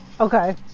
Okay